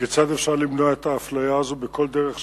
כיצד אפשר למנוע את האפליה הזאת בכל דרך שהיא.